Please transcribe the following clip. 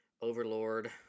overlord